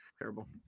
Terrible